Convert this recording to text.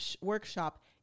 workshop